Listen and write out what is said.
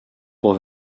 pour